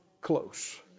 close